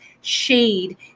shade